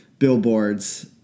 billboards